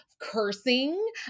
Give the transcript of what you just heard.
cursing